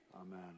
Amen